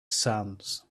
sands